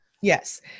Yes